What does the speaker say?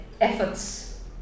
efforts